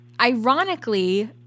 ironically